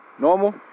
normal